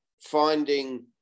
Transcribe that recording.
Finding